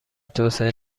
توسعه